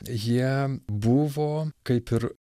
jie buvo kaip ir